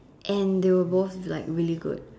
and they were both like really good